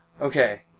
Okay